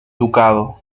ducado